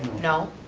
no.